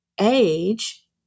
age